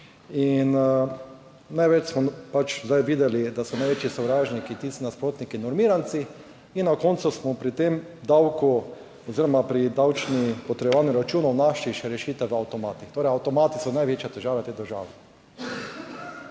In največ smo zdaj videli, da so največji sovražniki tisti nasprotniki, normiranci in na koncu smo pri tem davku oziroma pri davčnem potrjevanju računov našli še rešitev v avtomatih. Torej avtomati so največje težave v tej državi.